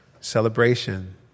celebration